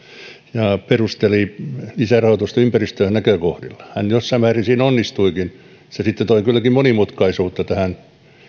ja perusteli lisärahoitusta ympäristönäkökohdilla hän jossain määrin siinä onnistuikin se sitten toi kylläkin monimutkaisuutta tähän